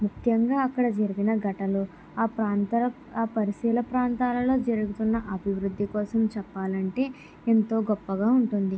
ముఖ్యంగా అక్కడ జరిగిన ఘటనలో ఆ ప్రాంతాల ఆ పరిశీల ప్రాంతాలలో జరుగుతున్న అభివృద్ధి కోసం చెప్పాలంటే ఎంతో గొప్పగా ఉంటుంది